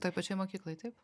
toj pačioj mokykloj taip